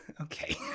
okay